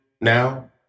now